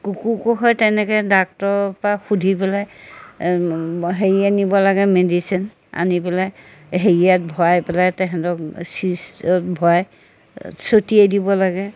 কুকুৰকো সেই তেনেকৈ ডাক্টৰৰপৰা সুধি পেলাই হেৰি আনিব লাগে মেডিচিন আনি পেলাই হেৰিয়াত ভৰাই পেলাই তেহেঁতক চিজত ভৰাই ছটিয়াই দিব লাগে